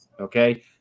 Okay